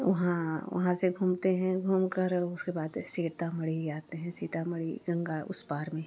वहाँ वहाँ से घूमते हैं घूम कर उसके बाद है सीतामढ़ी आते हैं सीतामढ़ी गंगा उस पार में है